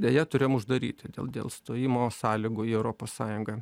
deja turėjom uždaryti dėl dėl stojimo sąlygų į europos sąjungą